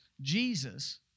Jesus